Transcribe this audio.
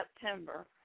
September